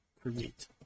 create